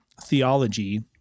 theology